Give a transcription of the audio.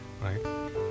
Right